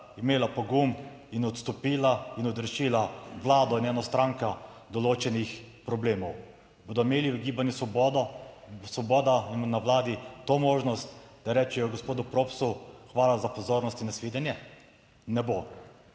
imela pogum in odstopila in odrešila Vlado in eno stranko določenih problemov. Bodo imeli v Gibanju Svoboda in na Vladi to možnost, da rečejo gospodu Propsu, hvala za pozornost in na svidenje? Ne bo,